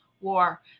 war